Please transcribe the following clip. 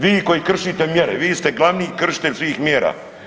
Vi koji kršite mjere, vi ste glavni kršitelj svih mjera.